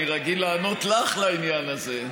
אני רגיל לענות לך לעניין הזה.